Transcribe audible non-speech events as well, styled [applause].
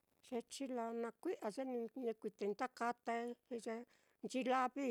[noise] ye chilaa naá kui'a ye ni yekuitai nda katai, ye nchi lavi,